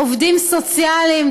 עובדים סוציאליים,